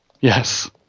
Yes